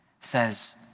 says